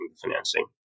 financing